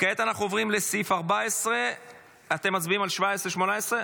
כעת אנחנו עוברים לסעיף 14. אתם מצביעים על 17 18?